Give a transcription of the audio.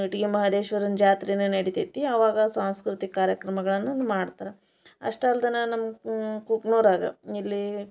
ಇಟಗಿ ಮಹದೇಶ್ವರನ ಜಾತ್ರೆನು ನಡಿತೈತೆ ಆವಾಗ ಸಾಂಸ್ಕೃತಿಕ ಕಾರ್ಯಕ್ರಮಗಳನ್ನು ಮಾಡ್ತಾರೆ ಅಷ್ಟೆ ಅಲ್ದನೆ ನಮ್ಮ ಕುಕನೂರಾಗ ಇಲ್ಲಿ